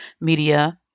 media